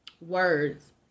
words